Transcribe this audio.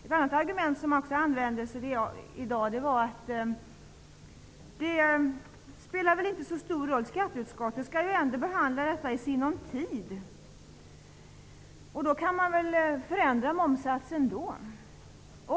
Ett annat argument som användes i dag var att det här inte spelar så stor roll, eftersom skatteutskottet ändå skall behandla detta i sinom tid och momssatsen skulle kunna förändras då.